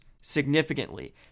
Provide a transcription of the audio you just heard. significantly